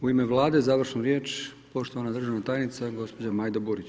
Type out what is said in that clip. U ime Vlade završnu riječ poštovana državna tajnica gospođa Majda Burić.